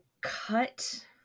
cut